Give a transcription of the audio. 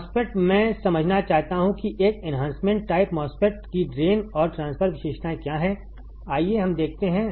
MOSFET मैं समझना चाहता हूं कि एक एन्हांसमेंट टाइप MOSFET की ड्रेन और ट्रांसफर विशेषताएँ क्या हैं आइए हम देखते हैं